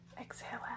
Exhale